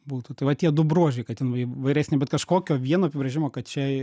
būtų tai va tie du bruožai kad jie ten įvairesnė bet kažkokio vieno apibrėžimo kad čia